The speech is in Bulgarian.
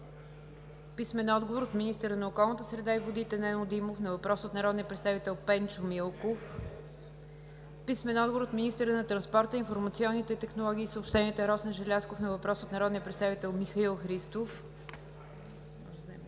Любомир Бонев; - министъра на околната среда и водите Нено Димов на въпрос от народния представител Пенчо Милков; - министъра на транспорта, информационните технологии и съобщенията Росен Желязков на въпрос от народния представител Михаил Христов; -